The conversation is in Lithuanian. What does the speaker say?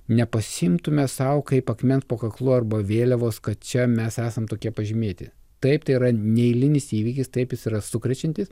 nepasiimtume sau kaip akmens po kaklu arba vėliavos kad čia mes esam tokie pažymėti taip tai yra neeilinis įvykis taip jis yra sukrečiantis